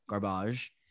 garbage